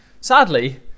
sadly